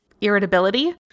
irritability